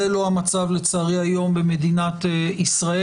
לצערי, זה לא המצב היום במדינת ישראל.